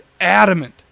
adamant